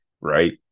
Right